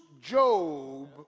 Job